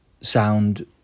sound